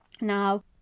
Now